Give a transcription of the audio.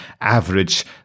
average